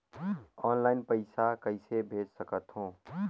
Online पइसा कइसे भेज सकत हो?